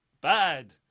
bad